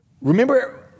remember